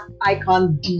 icon